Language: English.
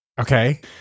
okay